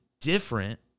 different